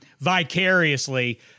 vicariously